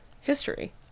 history